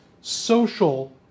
social